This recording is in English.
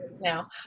now